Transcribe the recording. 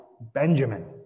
Benjamin